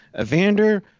evander